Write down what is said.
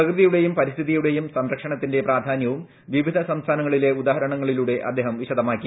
പ്രകൃതിയുടെയും പരിസ്ഥിതിയുടെയും സംരക്ഷണത്തിന്റെ പ്രാധാനൃവും വിവിധ സംസ്ഥാനങ്ങളിലെ ഉദാഹരണങ്ങളിലൂടെ അദ്ദേഹം വിശദമാക്കി